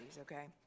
okay